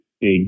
big